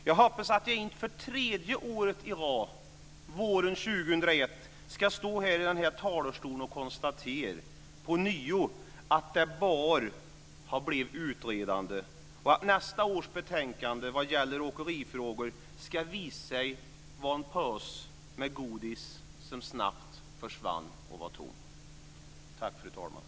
Jag hoppas att jag inte för tredje året i rad, våren 2001, ska stå här i talarstolen och ånyo konstatera att det bara har blivit ett utredande och att nästa års betänkande vad gäller åkerifrågor ska visa sig vara en påse med godis som snabbt försvinner och blir tom.